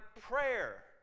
prayer